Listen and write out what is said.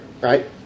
right